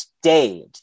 stayed